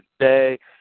today